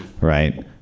Right